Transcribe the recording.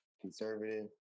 conservative